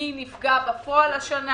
מי נפגע בפועל השנה?